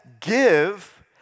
give